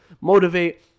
motivate